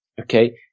okay